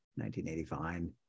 1985